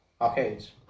arcades